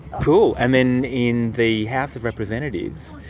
cool. and then in the house of representatives?